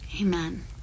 Amen